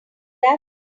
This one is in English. that